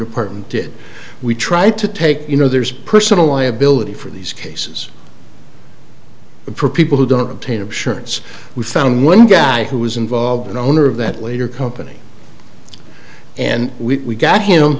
department did we tried to take you know there's personal liability for these cases for people who don't obtain of shirts we found one guy who was involved in the owner of that later company and we got him